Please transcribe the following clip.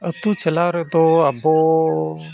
ᱟᱛᱳ ᱪᱟᱞᱟᱣ ᱨᱮᱫᱚ ᱟᱵᱚ